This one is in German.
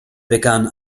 begann